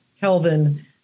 Kelvin